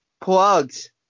Plugs